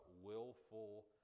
willful